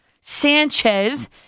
Sanchez